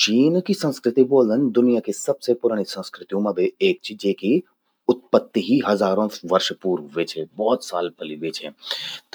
चीन की संस्कृति ब्वोलदन दुनिया कि सबसे पुरणि संस्कृत्यूं मां बे एक चि, जेकि उत्पत्ति ही हजारो वर्ष पूर्व व्हे छे। भौत साल पलि व्हे छे।